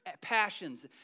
passions